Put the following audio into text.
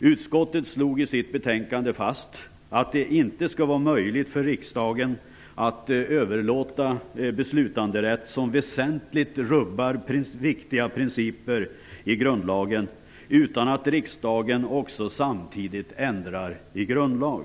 Utskottet slog i sitt betänkande fast att det inte skall vara möjligt för riksdagen att överlåta beslutanderätt som väsentligt rubbar viktiga principer i grundlagen utan att riksdagen också samtidigt ändrar i grundlag.